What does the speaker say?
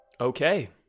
Okay